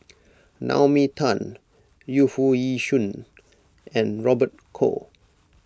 Naomi Tan Yu Foo Yee Shoon and Robert Goh